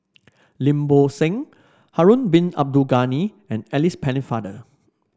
Lim Bo Seng Harun Bin Abdul Ghani and Alice Pennefather